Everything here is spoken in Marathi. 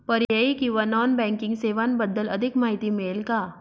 पर्यायी किंवा नॉन बँकिंग सेवांबद्दल अधिक माहिती मिळेल का?